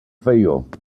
field